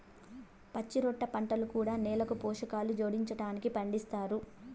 పచ్చిరొట్ట పంటలు కూడా నేలకు పోషకాలు జోడించడానికి పండిస్తారు